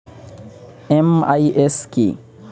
MIS কি?